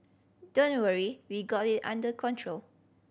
don't worry we've got it under control